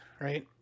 right